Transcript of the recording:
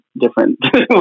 different